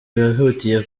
bihutiye